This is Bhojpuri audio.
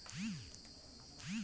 लोन देरी से भरले पर का होई?